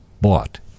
bought